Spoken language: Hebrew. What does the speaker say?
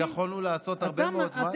יכולנו לעשות הרבה מאוד זמן.